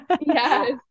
Yes